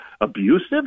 abusive